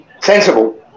sensible